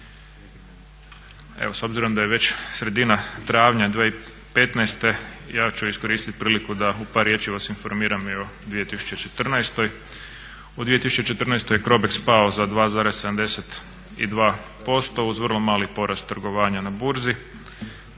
Evo s obzirom da je već sredina travnja 2015.ja ću iskoristiti priliku da u par riječi vas informiram i o 2014. U 2014. CROBEX je pao za 2,72% uz vrlo mali porast trgovanja na burzi.